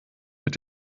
mit